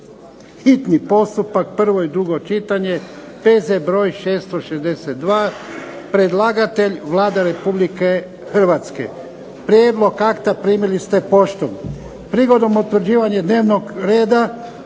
hitni postupak, prvo i drugo čitanje, P.Z. br. 662. Predlagatelj Vlada Republike Hrvatske. Prijedlog akta primili ste poštom. Prigodom utvrđivanja dnevnog reda